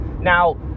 Now